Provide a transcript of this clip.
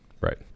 Right